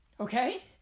Okay